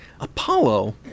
Apollo